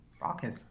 rocket